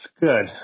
Good